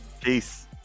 peace